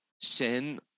sin